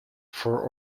for